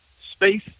space